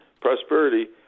prosperity